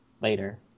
later